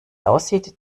aussieht